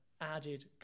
added